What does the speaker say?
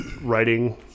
writing